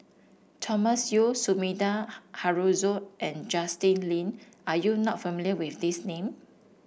Thomas Yeo Sumida Haruzo and Justin Lean are you not familiar with these name